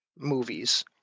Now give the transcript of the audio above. movies